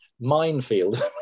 minefield